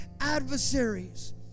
adversaries